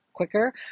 quicker